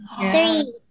Three